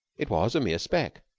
it was a mere speck.